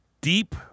deep